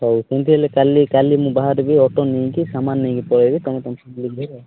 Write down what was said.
ହଉ ସେମିତି ହେଲେ କାଲି କାଲି ମୁଁ ବାହାରିବି ଅଟୋ ନେଇକି ସାମାନ୍ ନେଇକି ପଳାଇବି ତୁମେ ତୁମର ଫ୍ୟାମଲି କି ଧରି ଆସ